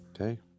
Okay